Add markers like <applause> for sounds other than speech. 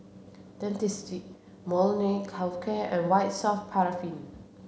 Dentiste Molnylcke <unintelligible> care and White soft paraffin